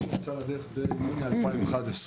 השיטור העירוני יצא לדרך ביוני 2011,